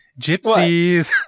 Gypsies